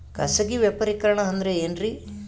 ಖಾಸಗಿ ವ್ಯಾಪಾರಿಕರಣ ಅಂದರೆ ಏನ್ರಿ?